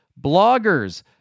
bloggers